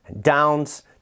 Downs